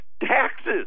taxes